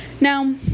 now